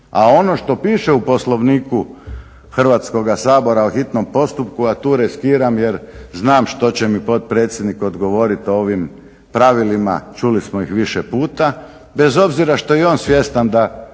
A ono što piše u Poslovniku Hrvatskoga sabora o hitnom postupku, a tu riskiram jer znam što će mi potpredsjednik odgovoriti ovim pravilima, čuli smo ih više puta bez obzira što je i on svjestan da